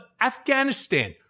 Afghanistan